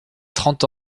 trente